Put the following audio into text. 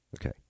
Okay